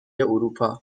اروپا